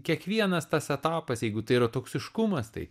kiekvienas tas etapas jeigu tai yra toksiškumas tai